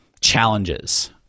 challenges